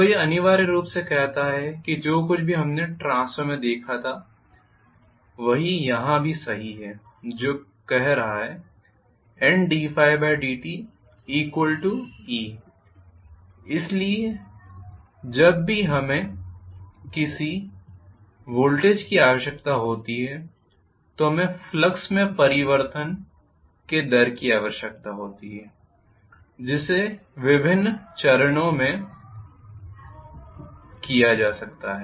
तो यह अनिवार्य रूप से कहता है जो कुछ भी हमने ट्रांसफार्मर में देखा था वही यहाँ भी सही है जो कह रहा है Nd∅dte इसलिए जब भी हमें किसी वोल्टेज की आवश्यकता होती है तो हमें फ्लक्स में परिवर्तन के दर की आवश्यकता होती है जिसे विभिन्न चरण में किया जा सकता है